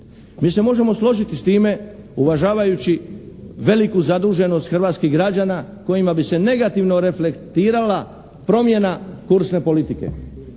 Mi se možemo složiti s time uvažavajući veliku zaduženost hrvatskih građana kojima bi se negativno reflektirala promjena kursne politike,